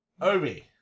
Obi